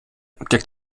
der